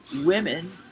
women